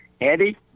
Andy